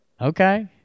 Okay